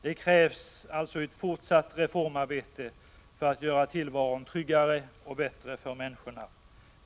Det krävs alltså ett fortsatt reformarbete för att göra tillvaron tryggare och bättre för människorna.